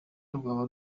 rwaba